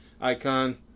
icon